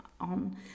on